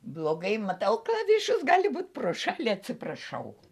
blogai matau klavišus gali būt pro ša atsiprašau